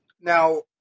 Now